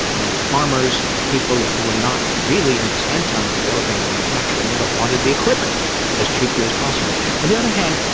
many farmers, people who were not really intent on developing manufacturing but wanted the equipment as cheaply as possible. on the other hand,